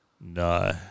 no